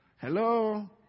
Hello